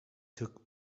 took